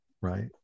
right